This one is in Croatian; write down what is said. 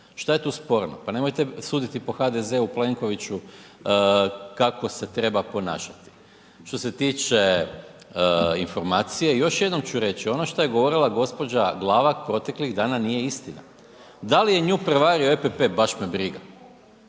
šta je tu sporno, pa nemojte suditi HDZ-u i Plenkoviću kako se treba ponašati. Što se tiče informacije, još jednom ću reći, ono šta je govorila gđa. Glavak proteklih dana nije istina. Da li je nju prevario EPP, baš me briga.